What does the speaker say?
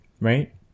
right